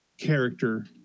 character